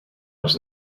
els